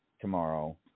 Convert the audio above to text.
tomorrow